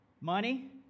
Money